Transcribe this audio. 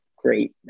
great